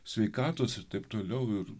sveikatos ir taip toliau ir